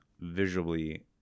visually